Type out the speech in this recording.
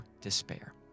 despair